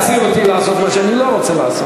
הבנתי אותך, אנחנו מבינים שזה כואב לך.